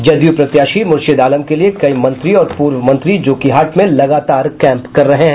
जदयू प्रत्याशी मूर्शीद आलम के लिए कई मंत्री और पूर्व मंत्री जोकीहाट में लगातार कैम्प कर रहे हैं